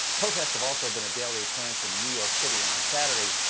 protests have also been a daily occurrence in new york city, and on saturday,